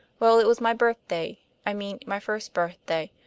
well, it was my birthday i mean my first birthday.